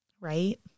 right